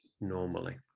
normally